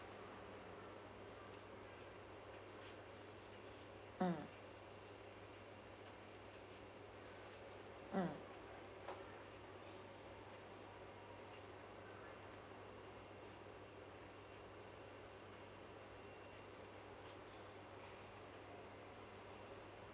mm mm